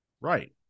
right